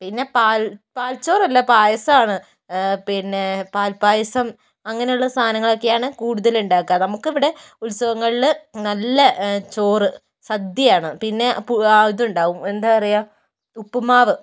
പിന്നെ പാൽ പാൽച്ചോറല്ല പായസമാണ് പിന്നെ പാൽപ്പായസം അങ്ങനെയുള്ള സാധനങ്ങളൊക്കെയാണ് കൂടുതലുണ്ടാക്കുക നമുക്കിവിടെ ഉൽസവങ്ങളിൽ നല്ല ചോറ് സദ്യയാണ് പിന്നെ ആ ഇതുണ്ടാകും എന്താ പറയുക ഉപ്പുമാവ്